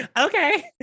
Okay